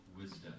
wisdom